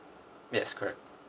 yes correct